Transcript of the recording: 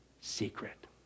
secret